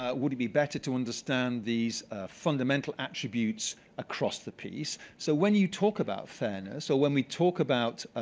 ah would it be better to understand these fundamental attributes across the piece? so when you talk about fairness so when we talk about